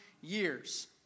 years